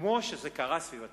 כמו שזה קרה סביב התקציב.